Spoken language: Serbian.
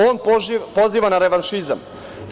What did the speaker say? On poziva na revanšizam.